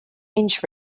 inch